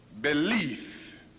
belief